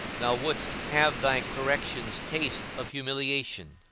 thou wouldst have thy corrections taste of humiliation,